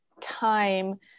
time